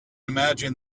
imagine